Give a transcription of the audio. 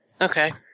Okay